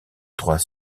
trois